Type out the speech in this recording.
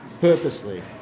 purposely